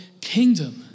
kingdom